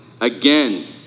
again